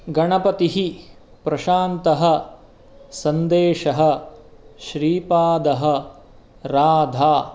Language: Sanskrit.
गणपतिः प्रशान्तः सन्देशः श्रीपादः राधा